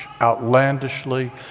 Outlandishly